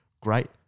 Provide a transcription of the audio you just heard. Great